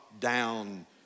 down